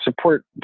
Support